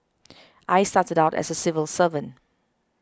I started out as a civil servant